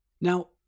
now